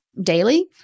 daily